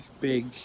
big